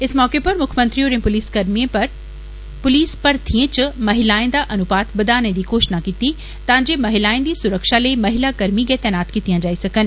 इस मौके पर मुक्खमंत्री होरें पुलिस भर्थिएं च महिलाएं दा अनुपात बघाने दी घोषणा कीती तां जे महिलाए दी सुरक्षा लेई महिलाकर्मी गै तैनात कीतियां जाई सकन